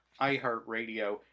iHeartRadio